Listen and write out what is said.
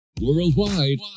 Worldwide